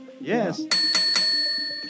Yes